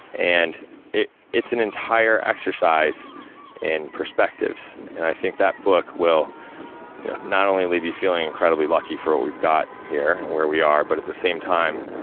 and it's an entire exercise in perspectives, and i think that book will not only leave you feeling incredibly lucky for what we've got here, where we are, but at the same time,